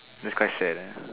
that's quite sad ah